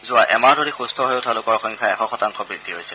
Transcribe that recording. যোৱা এমাহ ধৰি সুস্থ হৈ উঠা লোকৰ সংখ্যা এশ শতাংশ বৃদ্ধি হৈছে